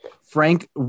frank